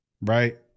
Right